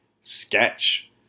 sketch